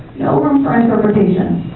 no room for interpretation.